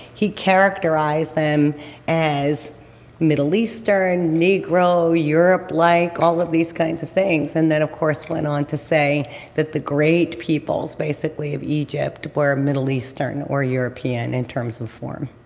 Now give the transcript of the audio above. he characterized them as middle eastern, negro, europe-like, all of these kinds of things, and then of course went on to say that the great peoples basically of egypt were ah middle eastern or european in terms of form.